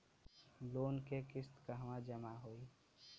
Loan के किस्त कहवा जामा होयी?